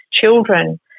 children